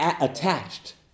attached